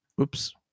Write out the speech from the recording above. Oops